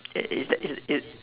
it it's that is is